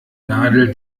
nadel